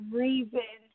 reason